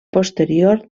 posterior